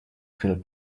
feel